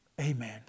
Amen